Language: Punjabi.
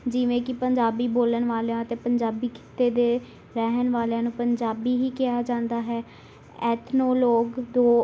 ਜਿਵੇਂ ਕਿ ਪੰਜਾਬੀ ਬੋਲਣ ਵਾਲਿਆਂ ਅਤੇ ਪੰਜਾਬੀ ਖਿੱਤੇ ਦੇ ਰਹਿਣ ਵਾਲਿਆਂ ਨੂੰ ਪੰਜਾਬੀ ਹੀ ਕਿਹਾ ਜਾਂਦਾ ਹੈ ਐਥਣੋ ਲੋਕ ਦੋ